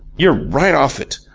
you're right off it.